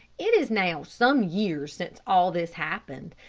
it is now some years since all this happened,